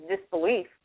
disbelief